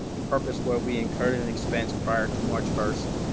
a purpose where we incurred an and expense prior to march first